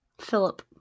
philip